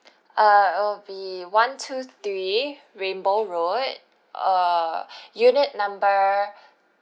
err it will be one two three rainbow road err unit number